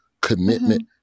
commitment